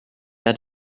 had